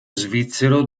svizzero